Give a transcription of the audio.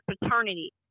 paternity